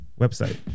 website